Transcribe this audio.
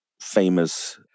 famous